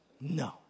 No